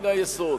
מן היסוד.